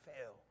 fail